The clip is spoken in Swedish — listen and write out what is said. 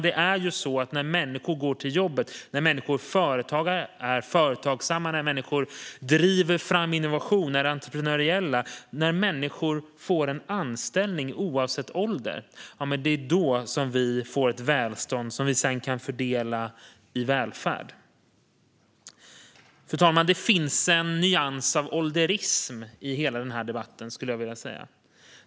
Det är ju så, fru talman: När människor går till jobbet, är företagare, är företagsamma, driver fram entreprenöriella innovationer, får en anställning oavsett ålder - det är då vi får ett välstånd som vi sedan kan fördela i välfärd. Fru talman! Det finns en nyans av ålderism i hela den här debatten.